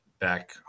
back